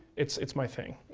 it's it's my thing.